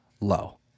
low